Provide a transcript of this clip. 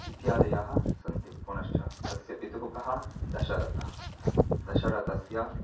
इत्यादयः सन्ति पुनश्च तस्य पितुः कः दशरथः दशरथस्य